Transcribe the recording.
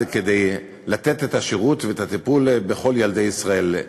כדי לתת את השירות ואת הטיפול לכל ילדי ישראל.